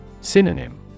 Synonym